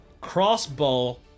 crossbow